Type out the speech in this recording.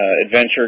adventure